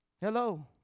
Hello